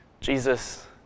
Jesus